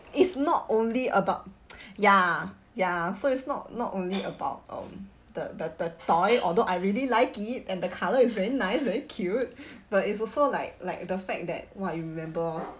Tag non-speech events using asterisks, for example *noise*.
it's not only about *noise* ya ya so it's not not only *noise* about um the the the toy although I really like it and the colour is very nice very cute *breath* but it's also like like the fact that !wah! you remember hor